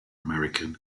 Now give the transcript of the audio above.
american